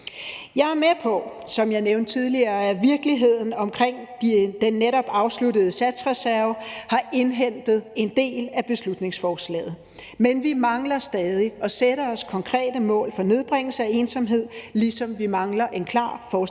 tidligere – at virkeligheden med hensyn til den netop afsluttede satsreserve har indhentet en del af beslutningsforslaget. Men vi mangler stadig at sætte os konkrete mål for nedbringelse af ensomhed, ligesom vi mangler en klar forskningsmæssig